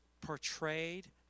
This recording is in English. portrayed